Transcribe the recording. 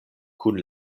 kun